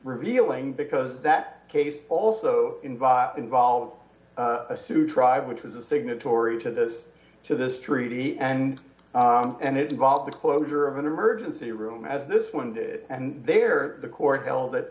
revealing because that case also invites involve a suit tribe which is a signatory to this to this treaty and and it involves the closure of an emergency room as this one and there the court held